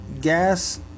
gas